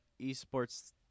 eSports